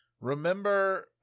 Remember